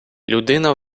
людина